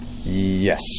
Yes